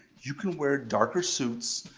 you can wear darker suits,